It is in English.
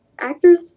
actors